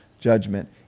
judgment